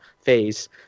phase